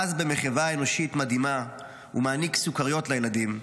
ואז במחווה אנושית מדהימה הוא מעניק סוכריות לילדים,